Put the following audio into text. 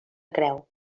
creu